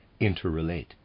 interrelate